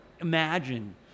imagine